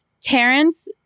Terrence